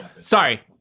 sorry